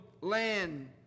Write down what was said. land